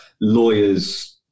lawyers